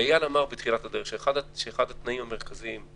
איל אמר שאחד התנאים המרכזיים,